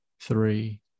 three